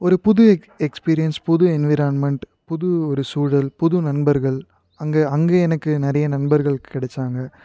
ஒரு புது ex experience புது என்விரான்மென்ட் புது ஒரு சூழல் புது நண்பர்கள் அங்கே அங்கேயே எனக்கு நிறைய நண்பர்கள் கிடைச்சாங்க